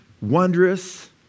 wondrous